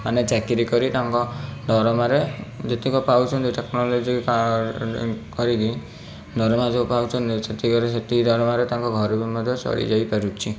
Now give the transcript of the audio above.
ମାନେ ଚାକିରୀ କରି ତାଙ୍କ ଦରମାରେ ଯେତିକି ପାଉଛନ୍ତି ଟେକ୍ନୋଲୋଜି କରିକି ଦରମା ଯେଉଁ ପାଉଛନ୍ତି ସେତିକିରେ ସେତିକି ଦରମାରେ ତାଙ୍କ ଘର ବି ମଧ୍ୟ ଚଳିଯାଇପାରୁଛି